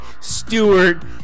Stewart